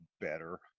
better